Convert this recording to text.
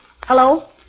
Hello